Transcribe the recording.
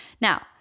Now